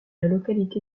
localité